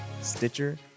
Stitcher